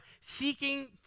seeking